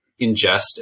ingest